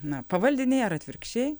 na pavaldiniai ar atvirkščiai